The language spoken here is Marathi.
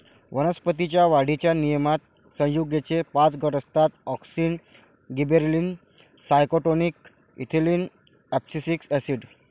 वनस्पतीं च्या वाढीच्या नियमनात संयुगेचे पाच गट असतातः auxin, gibberellin, cytokinin, ethylene, abscisic acid